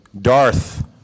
Darth